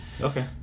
Okay